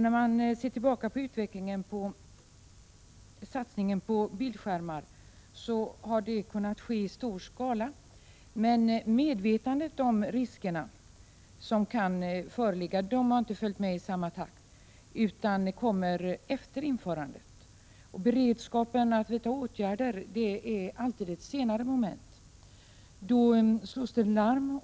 När man ser tillbaka på utvecklingen av satsningen på bildskärmar finner man att denna har kunnat ske i stor skala men att medvetandet om de risker som kan vara förenade härmed inte har ökat i samma takt, utan det vaknar först efter införandet av bildskärmarna. Beredskapen att vidta åtgärder kommer alltid in som ett senare moment. Då slår man larm,